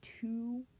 two